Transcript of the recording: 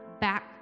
back